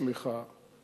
שירותי הדת, סליחה.